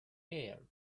air